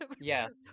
Yes